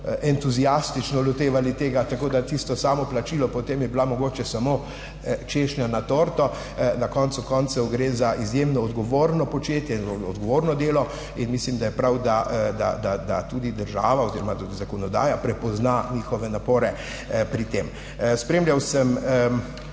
entuziastično lotevali tega, tako da tisto samo plačilo potem je bila mogoče samo češnja na torti. Na koncu koncev gre za izjemno odgovorno početje in odgovorno delo in mislim, da je prav, da tudi država oziroma tudi zakonodaja prepozna njihove napore pri tem. Spremljal sem